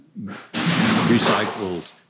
recycled